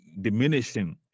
diminishing